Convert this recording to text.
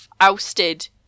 ousted